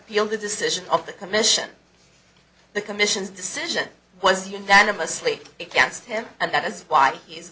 appealed the decision of the commission the commission's decision was unanimously against him and that is why h